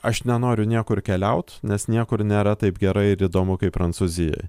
aš nenoriu niekur keliaut nes niekur nėra taip gera ir įdomu kaip prancūzijoj